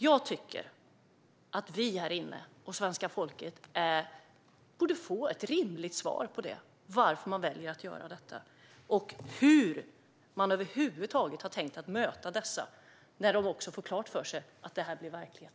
Jag tycker att vi här inne och svenska folket borde få ett rimligt svar på varför man väljer att göra detta och hur man över huvud taget har tänkt möta dessa när de får klart för sig att det här blir verklighet.